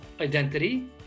identity